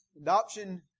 Adoption